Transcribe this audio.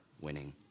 winning